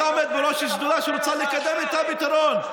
אתה עומד בראש השדולה שרוצה לקדם ולמצוא פתרון.